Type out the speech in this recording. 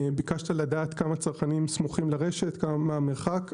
ביקשת לדעת כמה צרכנים סמוכים לרשת ומה המרחק,